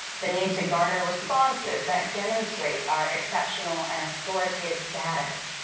the need to garner responses that demonstrate our exceptional and authoritative status,